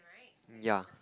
ya